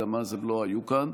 גם אז הם לא היו כאן.